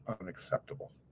unacceptable